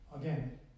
again